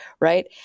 right